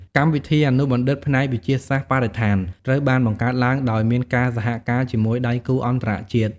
កម្មវិធីអនុបណ្ឌិតផ្នែកវិទ្យាសាស្ត្របរិស្ថាន ត្រូវបានបង្កើតឡើងដោយមានការសហការជាមួយដៃគូអន្តរជាតិ។